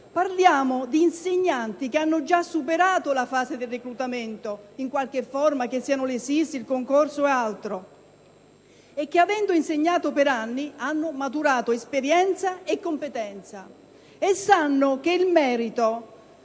Parliamo di insegnanti che hanno già superato la fase del reclutamento in qualche forma (che siano le SSIS, il concorso o altro) e che, avendo insegnato per anni, hanno maturato esperienza e competenza; sanno che il merito